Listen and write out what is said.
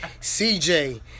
CJ